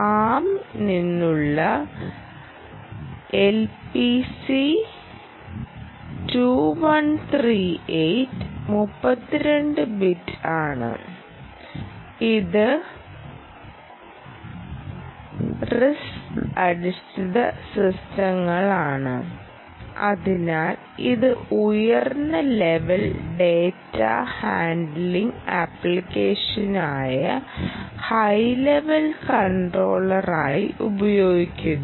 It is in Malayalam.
ആം നിന്നുള്ള എൽപിസി 2138 32 ബിറ്റ് ആണ് ഇത് ആർഐഎസ്സി അധിഷ്ഠിത സിസ്റ്റങ്ങളാണ് അതിനാൽ ഇത് ഉയർന്ന ലെവൽ ഡാറ്റാ ഹാൻഡ്ലിംഗ് ആപ്ലിക്കേഷനായ ഹൈ ലെവൽ കൺട്രോളറായി ഉപയോഗിക്കുന്നു